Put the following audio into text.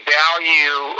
value